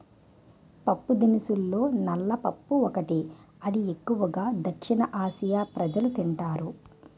పప్పుదినుసుల్లో నల్ల పప్పు ఒకటి, ఇది ఎక్కువు గా దక్షిణఆసియా ప్రజలు తింటారు